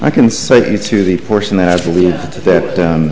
i can say to the person that i believe that